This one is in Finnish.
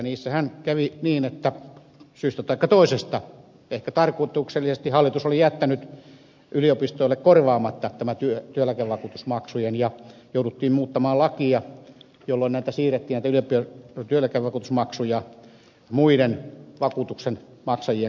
niissähän kävi niin että syystä taikka toisesta ehkä tarkoituksellisesti hallitus oli jättänyt yliopistoille korvaamatta nämä työeläkevakuutusmaksut ja jouduttiin muuttamaan lakia jolloin näitä työeläkevakuutusmaksuja siirrettiin muiden vakuutuksen maksajien kannettavaksi